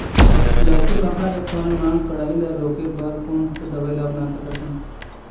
लाउकी मखना के फर मा कढ़ाई ला रोके बर कोन दवई ला अपना सकथन?